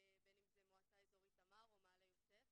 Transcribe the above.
בין אם זה במועצה אזורית תמר או מעלה יוסף